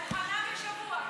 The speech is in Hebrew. מוכנה בשבוע.